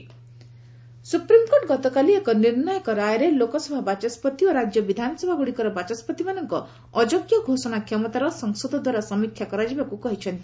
SC Manipur MLA supreme court ଗତକାଲି ଏକ ନିର୍ଣ୍ଣାୟକ ରାୟରେ ଲୋକସଭା ବାଚସ୍କତି ଓ ରାଜ୍ୟ ବିଧାନସଭାଗୁଡ଼ିକର ବାଚସ୍କତିମାନଙ୍କ ଅଯୋଗ୍ୟ ଘୋଷଣା କ୍ଷମତାର ସଂସଦଦ୍ୱାରା ସମୀକ୍ଷା କରାଯିବାକୃ କହିଛନ୍ତି